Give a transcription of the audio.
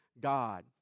God